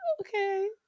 okay